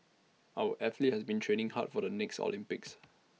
our athletes have been training hard for the next Olympics